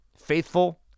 Faithful